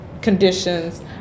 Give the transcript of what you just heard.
conditions